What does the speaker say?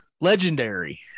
legendary